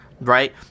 Right